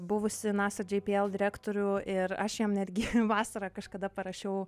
buvusį nasa jpl direktorių ir aš jam netgi vasarą kažkada parašiau